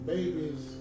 Babies